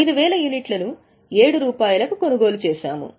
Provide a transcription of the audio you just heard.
5000 యూనిట్లను 7 రూపాయలకు కొనుగోలు చేశాము